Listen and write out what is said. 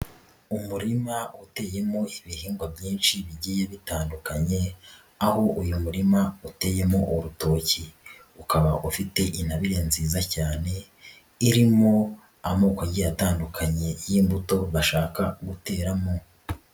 Umurima uteyemo ibihingwa byinshi bigiye bitandukanye aho uyu murima uteyemo urutoki, ukaba ufite intabire nziza cyane irimo amoko agiye atandukanye y'imbuto bashaka guteramo.